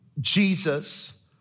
Jesus